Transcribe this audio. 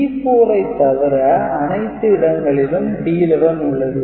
C4 ஐ தவிர அனைத்து இடங்களிலும் D11 உள்ளது